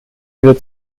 wird